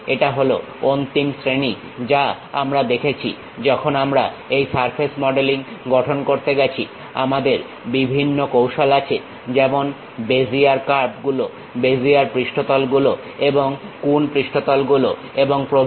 এটা হল অন্তিম শ্রেণী যা আমরা দেখেছি যখন আমরা এই সারফেস মডেলিং গঠন করতে গেছি আমাদের বিভিন্ন কৌশল আছে যেমন বেজিয়ার কার্ভ গুলো বেজিয়ার পৃষ্ঠতল গুলো এবং কুন পৃষ্ঠতল গুলো এবং প্রভৃতি